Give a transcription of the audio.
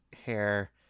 hair